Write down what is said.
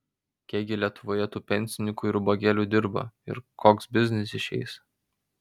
kiek gi lietuvoje tų pensininkų ir ubagėlių dirba ir koks biznis išeis